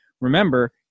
remember